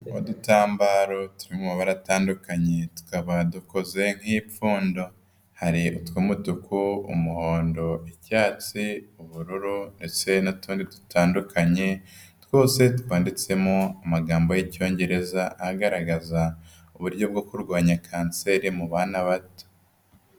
Udutambaro turi mu mabara atandukanye, tukaba dukoze nk'ipfundo. Hari utw'umutuku, umuhondo, icyatsi, ubururu, ndetse n'utundi dutandukanye, twose twanditsemo amagambo y'Icyongereza, agaragaza uburyo bwo kurwanya kanseri, mu bana bato.